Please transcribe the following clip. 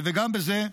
וגם לזה,